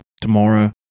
tomorrow